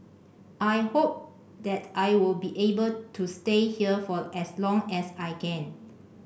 I hope that I will be able to stay here for as long as I can